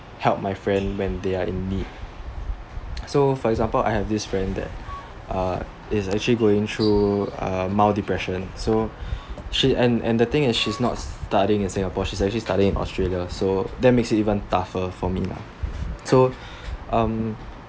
help my friend when they are in need so for example I have this friend that uh is actually going through uh mild depression so she and and the thing is she is not studying in Singapore she is actually studying in Australia so that makes it even tougher for me lah so